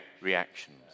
reactions